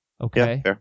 Okay